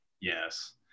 Yes